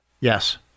Yes